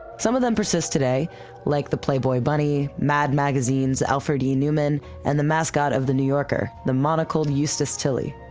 some of them persist today like the playboy bunny, mad magazines, alfred e. neuman and the mascot of the new yorker, the monocled eustace tilley.